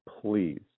please